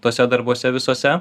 tuose darbuose visuose